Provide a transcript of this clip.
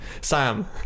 Sam